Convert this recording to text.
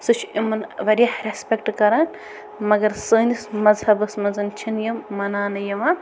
سُہ چھُ یِمن وارِیاہ رسپٮ۪کٹ کَران مگر سٲنِس مزہبس منٛز چھِنہٕ یِم مناوٕنہٕ یِوان